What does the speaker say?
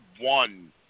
one